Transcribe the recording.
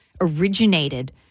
originated